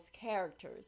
characters